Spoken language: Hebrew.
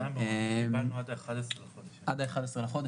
קיבלנו עד האחד עשרה לחודש נובמבר.